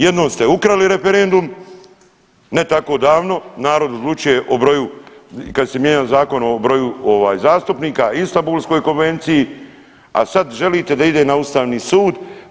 Jednom ste ukrali referendum, ne tako davno, narod odlučuje o broju kad se mijenjao zakon o broju ovaj zastupnika o Istanbulskoj konvenciji, a sad želite da ide na Ustavni sud.